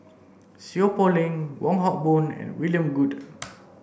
Seow Poh Leng Wong Hock Boon and William Goode